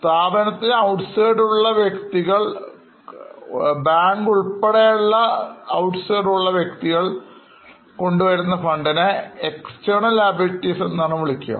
സ്ഥാപനത്തിന് outsideഉള്ള Banks ഉൾപ്പെടെയുള്ള ഉള്ള വ്യക്തികൾ കൊണ്ടുവന്ന ഫണ്ടിനെ external liabilities എന്നാണ് വിളിക്കുന്നത്